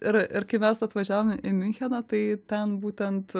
ir ir kai mes atvažiavom į miuncheną tai ten būtent